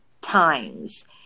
times